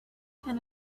can